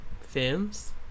films